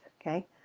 okay